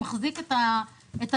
שמחזיק את השורות,